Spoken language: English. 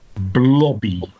Blobby